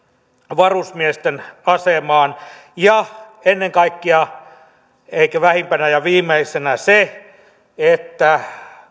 varusmiesten asemaan ja ennen kaikkea eikä vähimpänä ja viimeisenä on se että